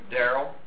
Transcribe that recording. Daryl